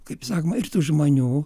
kaip sakoma ir tų žmonių